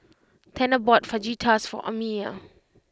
Tanner bought Fajitas for Amiya